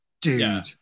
Dude